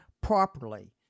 properly